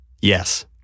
Yes